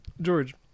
George